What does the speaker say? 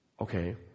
okay